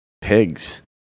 pigs